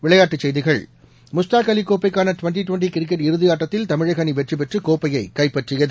விளையாட்டுச் செய்திகள் முஸ்தாக் அலி கோப்பைக்கான ட்வெண்டி ட்வெண்டி கிரிக்கெட் இறுதி ஆட்டத்தில் தமிழக அணி வெற்றி பெற்று கோப்பையை கைப்பற்றியது